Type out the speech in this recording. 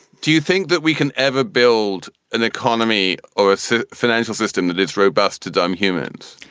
do you think that we can ever build an economy or a so financial system that is robust to dumb humans?